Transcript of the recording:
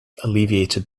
alleviated